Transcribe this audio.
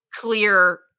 clear